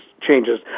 changes